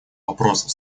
вопросов